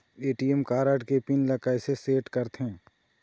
ATM card के pin ला कैसे सेट करथे?